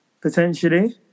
potentially